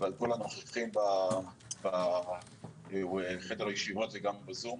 ועל כל הנוכחים בחדר הישיבות וגם בזום.